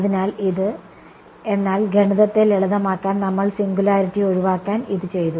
അതിനാൽ ഇത് എന്നാൽ ഗണിതത്തെ ലളിതമാക്കാൻ നമ്മൾ സിംഗുലാരിറ്റി ഒഴിവാക്കാൻ ഇത് ചെയ്തു